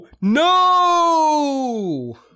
no